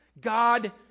God